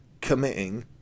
committing